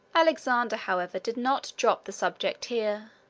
alexander, however, did not drop the subject here.